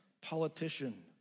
politician